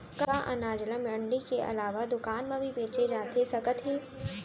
का अनाज ल मंडी के अलावा दुकान म भी बेचे जाथे सकत हे?